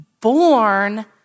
born